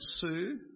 Sue